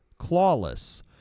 clawless